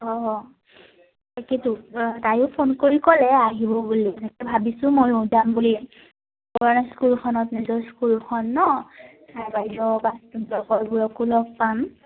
অঁ তাকেইতো তায়ো ফোন কৰি ক'লে আহিব বুলি এনেকৈ ভাবিছোঁ ময়ো যাম বুলি পূৰণা স্কুলখনত নিজৰ স্কুলখন ন ছাৰ বাইদেউ বা লগৰবোৰকো লগ পাম